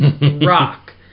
rock